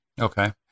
Okay